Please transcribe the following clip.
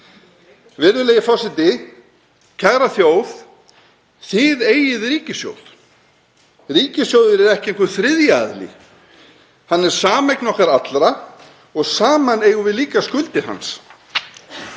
Virðulegi forseti. Kæra þjóð. Þið eigið ríkissjóð. Ríkissjóður er ekki einhver þriðji aðili, hann er sameign okkar allra og saman eigum við líka skuldir hans.